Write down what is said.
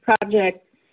project